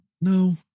no